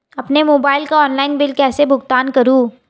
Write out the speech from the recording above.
अपने मोबाइल का online bill कैसे भुगतान करूं?